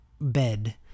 bed